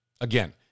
Again